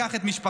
אקח את משפחתי,